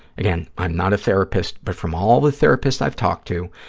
again, i'm not a therapist, but from all the therapists i've talked to